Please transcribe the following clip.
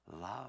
love